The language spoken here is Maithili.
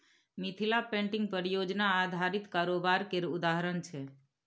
मिथिला पेंटिंग परियोजना आधारित कारोबार केर उदाहरण छै